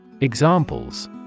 Examples